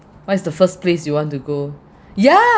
what is the first place you want to go ya